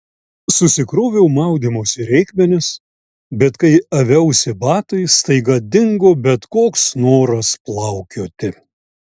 susikroviau maudymosi reikmenis bet kai aviausi batais staiga dingo bet koks noras plaukioti